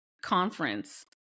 Conference